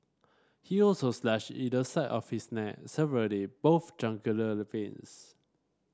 he also slashed either side of his neck severing both jugular veins